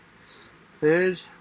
Third